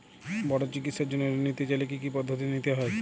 বড় চিকিৎসার জন্য ঋণ নিতে চাইলে কী কী পদ্ধতি নিতে হয়?